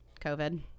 COVID